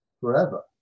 forever